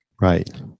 right